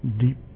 deep